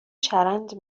چرند